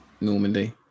Normandy